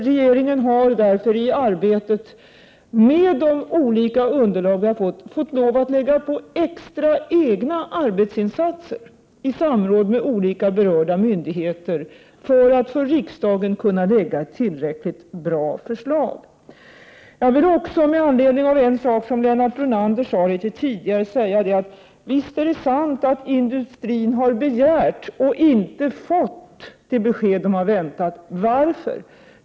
Regeringen har därför i arbetet med de olika underlag vi har fått in fått lov att lägga till extra egna arbetsinsatser i samråd med olika berörda myndigheter för att för riksdagen kunna lägga ett tillräckligt bra förslag. Jag vill också med anledning av en sak som Lennart Brunander sade tidigare säga att det visst är sant att industrin har begärt och inte fått de besked de har väntat. Varför?